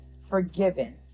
forgiven